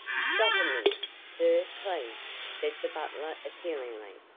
stop a minute, sir, please, said the butler appealingly.